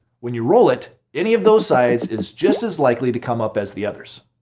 when you roll it, any of those sides is just as likely to come up as the others.